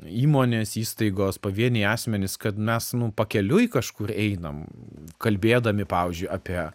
įmonės įstaigos pavieniai asmenys kad mes nu pakeliui kažkur einam kalbėdami pavyzdžiui apie